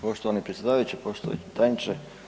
Poštovani predsjedavajući, poštovani tajniče.